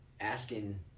asking